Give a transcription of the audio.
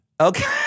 Okay